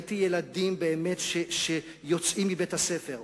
ראיתי ילדים שיוצאים מבית-הספר,